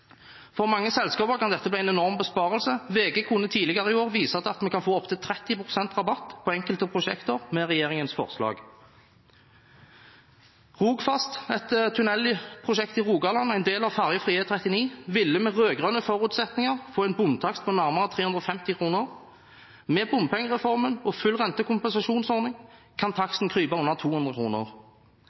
For mange selskaper kan dette bli en enorm besparelse. VG kunne tidligere i år vise til at man kan få opptil 30 pst. rabatt på enkelte prosjekter med regjeringens forslag. Rogfast, et tunnelprosjekt i Rogaland og en del av ferjefri E39, ville med rød-grønne forutsetninger fått en bomtakst på nærmere 350 kr. Med bompengereformen og full rentekompensasjonsordning kan taksten krype under 200